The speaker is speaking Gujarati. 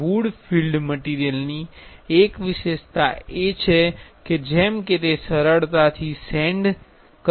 વુડ ફીલ્ડ મટિરિયલની એક વિશેષતા છે જેમ કે તેને સરળતાથી સેંડ કરી શકાય છે